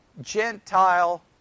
Gentile